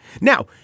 Now